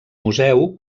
museu